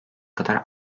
kadar